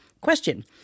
Question